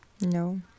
No